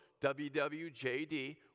wwjd